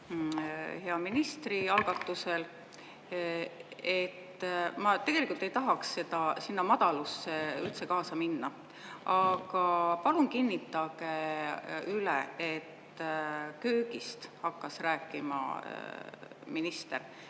hea ministri algatusel, et … Ma tegelikult ei tahaks sinna madalusse üldse kaasa minna. Aga palun kinnitage üle, et köögist hakkas rääkima minister,